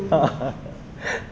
a'ah